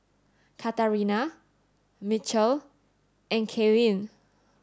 Katarina Mitchel and Kaylynn